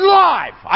live